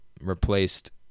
Replaced